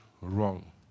wrong